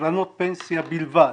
קרנות פנסיה בלבד,